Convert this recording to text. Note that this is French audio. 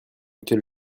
auquel